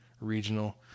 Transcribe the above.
regional